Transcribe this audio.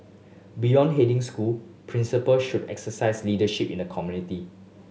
beyond heading school principal should exercise leadership in the community